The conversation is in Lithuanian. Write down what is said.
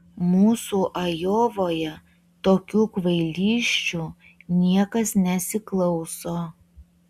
mūsų ajovoje tokių kvailysčių niekas nesiklauso